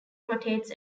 rotates